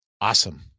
Awesome